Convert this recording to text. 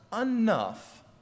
enough